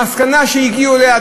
המסקנה שהם הגיעו אליה,